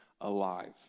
alive